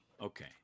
Okay